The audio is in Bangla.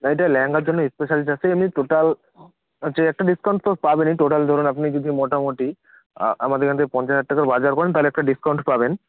আর এটা ল্যাহেঙ্গার জন্য স্পেশালটা আছে এমনি টোটাল আছে একটা ডিসকাউন্ট তো পাবেন এই টোটাল ধরুন আপনি যদি মোটামোটি আমাদের এখান থেকে পঞ্চাশ হাজার টাকার বাজার করেন তাহলে একটা ডিসকাউন্ট পাবেন